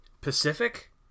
Pacific